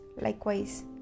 Likewise